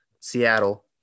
Seattle